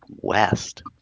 West